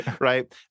Right